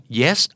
yes